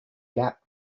gap